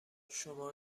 شما